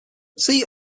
see